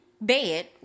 bed